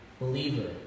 believer